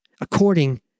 according